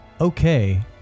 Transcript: Okay